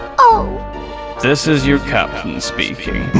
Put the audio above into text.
ah this is your captain speaking.